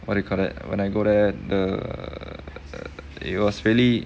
what do you call that when I go there err it was really